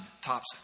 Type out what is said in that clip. tops